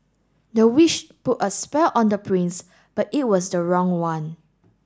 the witch put a spell on the prince but it was the wrong one